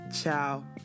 Ciao